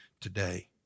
today